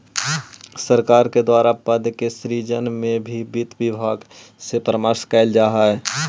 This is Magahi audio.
सरकार के द्वारा पद के सृजन में भी वित्त विभाग से परामर्श कैल जा हइ